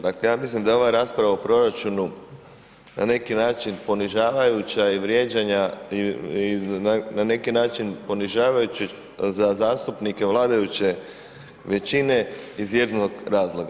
Dakle ja mislim da je ova rasprava o proračunu na neki način ponižavajuća i vrijeđanja i na neki način ponižavajuća za zastupnike vladajuće većine iz jednog razloga.